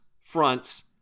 fronts